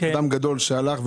אדם גדול שהלך,